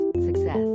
Success